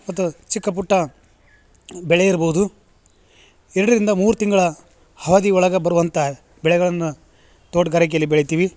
ಅದ ಚಿಕ್ಕ ಪುಟ್ಟ ಬೆಳೆ ಇರ್ಬೋದು ಎರಡರಿಂದ ಮೂರು ತಿಂಗ್ಳ ಹಾದಿ ಒಳಗೆ ಬರುವಂಥ ಬೆಳೆಗಳನ್ನ ತೋಟಗಾರಿಕೆಯಲ್ಲಿ ಬೆಳಿತೀವಿ